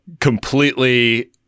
completely